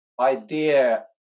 idea